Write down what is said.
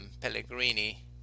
Pellegrini